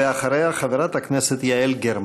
ואחריה, חברת הכנסת יעל גרמן.